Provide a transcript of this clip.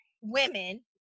women